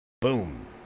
Boom